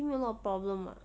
give me a lot of problem [what]